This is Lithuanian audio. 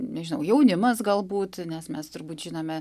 nežinau jaunimas galbūt nes mes turbūt žinome